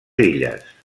illes